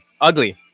Ugly